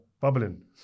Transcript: bubbling